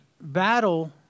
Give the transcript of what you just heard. battle